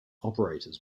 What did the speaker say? operators